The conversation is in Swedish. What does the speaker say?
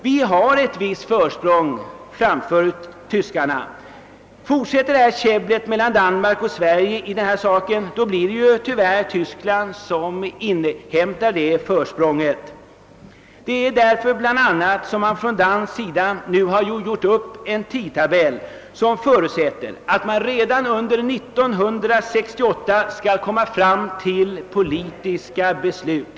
Vi har ett visst försprång före tyskarna. Fortsätter käbblet mellan Sverige och Danmark inhämtar tyskarna tyvärr det försprånget. Det är bla. därför som man från dansk sida nu har gjort upp en tidtabell som förutsätter att man redan under 1968 skall komma fram till politiska beslut.